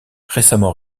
récemment